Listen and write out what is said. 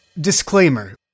Disclaimer